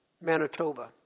Manitoba